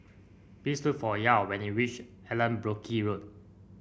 please look for Yael when you reach Allanbrooke Road